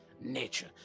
Nature